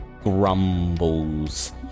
grumbles